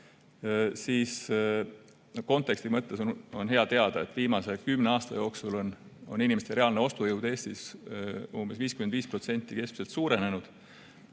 Aga konteksti mõttes on hea teada, et viimase kümne aasta jooksul on inimeste reaalne ostujõud Eestis keskmiselt umbes